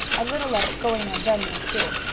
a little of it going on bunny and sue.